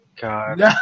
God